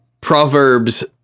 Proverbs